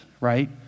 right